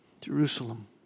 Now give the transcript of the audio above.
Jerusalem